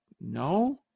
no